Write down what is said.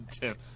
Tim